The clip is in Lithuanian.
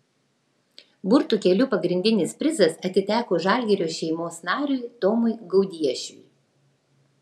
burtų keliu pagrindinis prizas atiteko žalgirio šeimos nariui tomui gaudiešiui